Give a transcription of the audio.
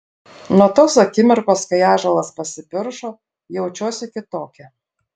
nuo tos akimirkos kai ąžuolas pasipiršo jaučiuosi kitokia